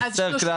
זה כלל,